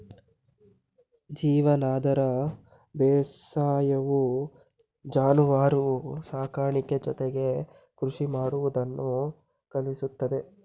ಜೀವನಾಧಾರ ಬೇಸಾಯವು ಜಾನುವಾರು ಸಾಕಾಣಿಕೆ ಜೊತೆಗೆ ಕೃಷಿ ಮಾಡುವುದನ್ನು ಕಲಿಸುತ್ತದೆ